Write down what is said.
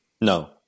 No